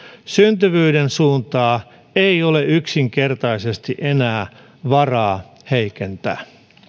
syntyvyyden suuntaa ei ole yksinkertaisesti enää varaa heikentää